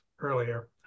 earlier